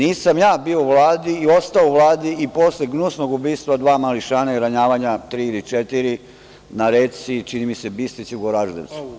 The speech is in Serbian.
Nisam ja bio u Vladi i ostao u Vladi i posle gnusnog ubistva dva mališana i ranjavanja tri ili četiri na reci, čini mi se, Bistrici u Goraždevcu.